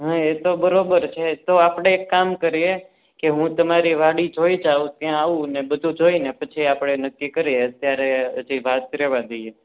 હા એ તો બરોબર છે તો આપણે એક કામ કરીએ કે હું તમારી વાડી જોઈ જાઉં ત્યાં આવું ને બધું જોઈને પછી આપણે નક્કી કરીએ અત્યારે હજી વાત રહેવા દઈએ